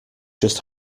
just